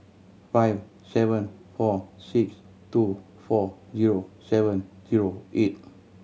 five seven four six two four zero seven zero eight